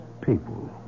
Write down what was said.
people